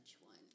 one